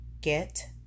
Get